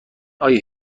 آیا